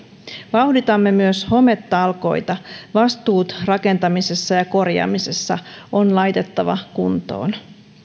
vauhditamme myös hometalkoita vastuut rakentamisessa ja korjaamisessa on laitettava kuntoon